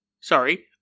Sorry